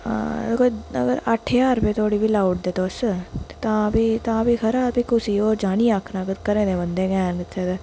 हां अगर कोई अगर अट्ठ ज्हार रपेआ धोड़ी बा लाउड़दे तुस ते तां फ्ही तां फ्ही खरा तां फ्ही कुसै होर जानी आखना अगर घरै दे बंदे गै हैन इत्थै ते